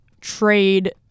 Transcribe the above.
trade